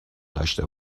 داشته